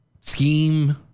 Scheme